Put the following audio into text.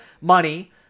money